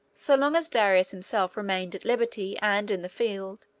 so long as darius himself remained at liberty and in the field,